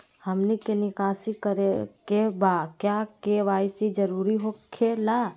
हमनी के निकासी करे के बा क्या के.वाई.सी जरूरी हो खेला?